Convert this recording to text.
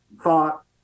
thought